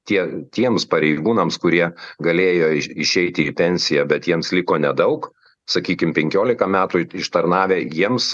tie tiems pareigūnams kurie galėjo išeiti į pensiją bet jiems liko nedaug sakykim penkiolika metų ištarnavę jiems